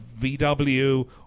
VW